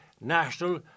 National